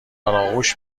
آغوش